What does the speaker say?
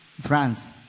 France